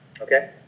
Okay